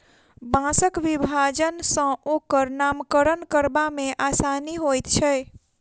बाँसक विभाजन सॅ ओकर नामकरण करबा मे आसानी होइत छै